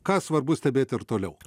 ką svarbu stebėt ir toliau